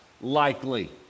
likely